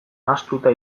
ahaztuta